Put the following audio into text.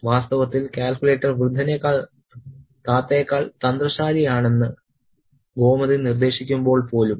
വാസ്തവത്തിൽ കാൽക്കുലേറ്റർ വൃദ്ധനേക്കാൾ താത്തയേക്കാൾ തന്ത്രശാലിയാണെന്ന് ഗോമതി നിർദ്ദേശിക്കുമ്പോൾ പോലും